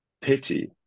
pity